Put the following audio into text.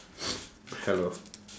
hello